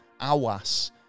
Awas